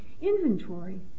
inventory